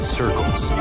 circles